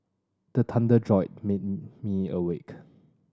the thunder jolt me awake